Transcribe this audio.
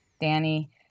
Danny